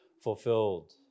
fulfilled